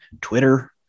Twitter